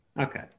Okay